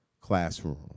classroom